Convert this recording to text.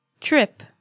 trip